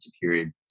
period